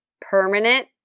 permanent